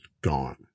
gone